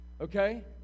Okay